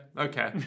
okay